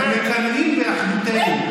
אתם ממש מקנאים באחדותנו.